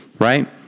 right